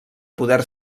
poder